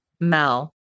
Mel